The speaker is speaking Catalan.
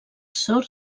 sor